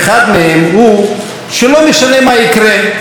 אחד מהם הוא שלא משנה מה יקרה,